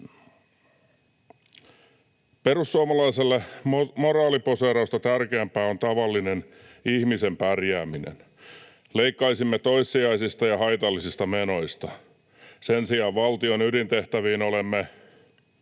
Perussuomalaiselle moraaliposeerausta tärkeämpää on tavallisen ihmisen pärjääminen. Leikkaisimme toissijaisista ja haitallisista menoista. Sen sijaan valtion ydintehtäviin olemme